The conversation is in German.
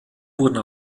wurden